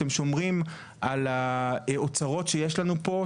אתם שומרים על האוצרות שיש לנו פה,